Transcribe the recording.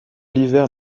l’hiver